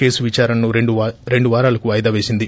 case విదారణను రెండు వారాలకు వాయిదా వేసింది